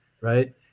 right